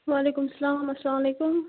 وعلیکُم سَلام اسلامُ علیکُم